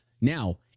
Now